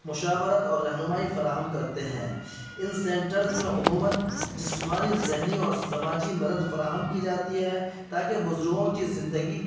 مشاورت اور رہنمائی فراہم کرتے ہیں ان سنٹرز میں عموماً جسمانی ذہنی اور سماجی مدد فراہم کی جاتی ہے تاکہ بزرگوں کی زندگی